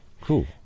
Cool